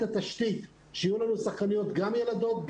התשתית שיהיו לנו שחקניות גם ילדות,